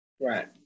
Right